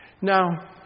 Now